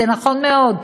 זה נכון מאוד,